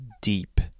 deep